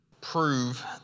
prove